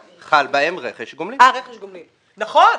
רכש גומלין, נכון.